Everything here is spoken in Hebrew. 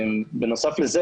בנוסף לכך,